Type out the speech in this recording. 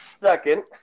second